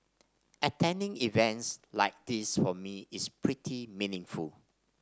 attending events like this for me is pretty meaningful